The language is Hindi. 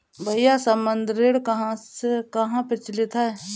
भैया संबंद्ध ऋण कहां कहां प्रचलित है?